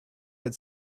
had